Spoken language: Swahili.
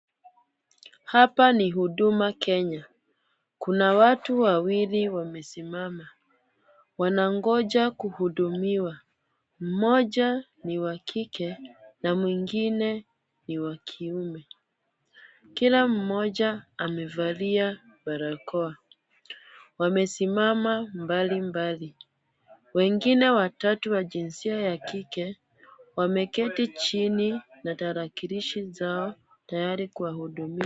Hapa ni huduma Kenya. Kuna watu wawili wamesimama wanangoja kuhudumiwa. Mmoja ni wa kike na mwingine ni wa kiume. Kila mmoja amevalia barakoa. Wamesimama mbalimbali. Wengine watatu wa jinsia ya kike wameketi chini na tarakilishi zao tayari kuwahudumia.